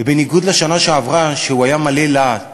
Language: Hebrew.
ובניגוד לשנה שעברה, שאז הוא היה מלא להט